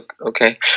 okay